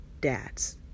dads